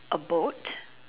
a boat